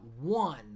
one